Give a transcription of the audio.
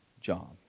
job